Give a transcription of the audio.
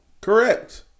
Correct